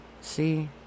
see